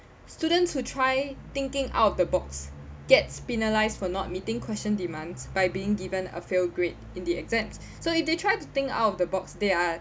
students who try thinking out of the box gets penalized for not meeting question demands by being given a fail grade in the exam so if they tried to think out of the box they are